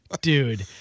Dude